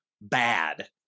bad